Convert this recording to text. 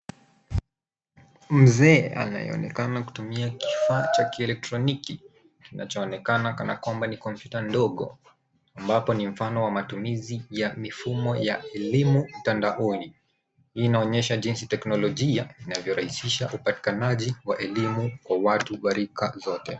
Mzee anayeonekana kutumia kifaa cha kielektroniki, kinachoonekana kana kwamba ni kompyuta ndogo, ambapo ni mfano wa matumizi ya mifumo ya elimu mtandaoni. Hii inaonyesha jinsi teknolojia inavyorahisisha upatikanaji wa elimu kwa watu wa rika zote.